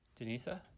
Denisa